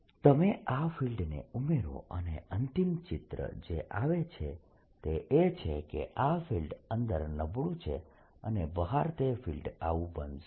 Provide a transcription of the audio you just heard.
p4π3R3P4π33eK20E0z તમે આ ફિલ્ડને ઉમેરો અને અંતિમ ચિત્ર જે આવે છે તે એ છે કે આ ફિલ્ડ અંદર નબળું છે અને બહાર તે ફિલ્ડ આવું બનશે